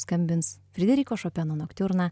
skambins frederiko šopeno noktiurna